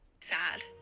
Sad